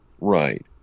Right